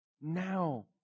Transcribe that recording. Now